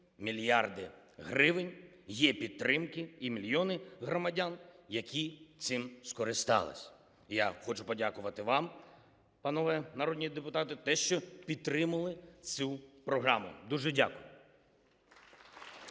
мільярди гривень "єПідтримки" і мільйони громадян, які цим скористались. Я хочу подякувати вам, панове народні депутати, за те, що підтримали цю програму. Дуже дякую.